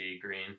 Green